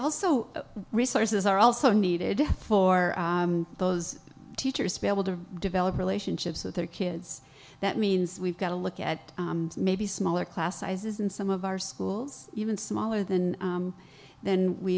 also resources are also needed for those teachers to be able to develop relationships with their kids that means we've got to look at maybe smaller class sizes in some of our schools even smaller than then we